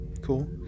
cool